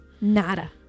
nada